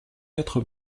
quatre